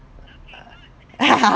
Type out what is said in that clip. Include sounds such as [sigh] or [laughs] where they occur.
[laughs]